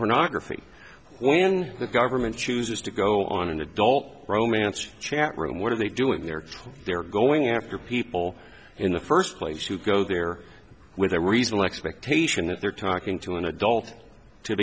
pornography when the government chooses to go on an adult romance chat room what are they doing there they're going after people in the first place who go there with a reasonable expectation that they're talking to an adult to